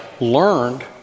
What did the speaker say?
learned